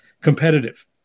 competitive